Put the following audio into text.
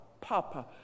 papa